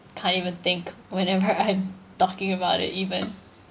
I can't even think whenever I'm talking about it even